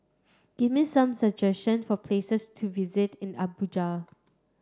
give me some suggestion for places to visit in Abuja